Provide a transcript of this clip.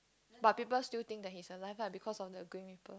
but people still think that he's alive lah because of the green people